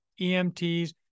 EMTs